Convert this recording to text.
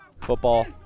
Football